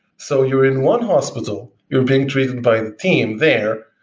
so you're in one hospital, you're being treated by a team there,